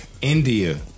India